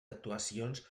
actuacions